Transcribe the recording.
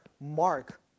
mark